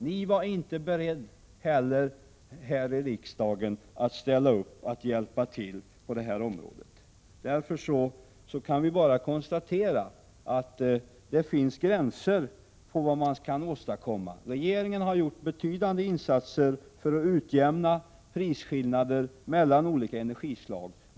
Ni var inte beredda att här i riksdagen ställa upp och hjälpa till på det här området. Vi kan därför konstatera att det finns gränser för vad man kan åstadkomma. Regeringen har gjort betydande insatser för att utjämna prisskillnader mellan olika energislag.